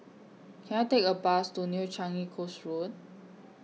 Can I Take A Bus to New Changi Coast Road